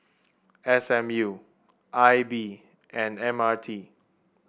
S M U I B and M R T